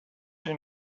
your